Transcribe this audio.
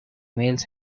males